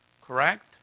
correct